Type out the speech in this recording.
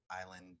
island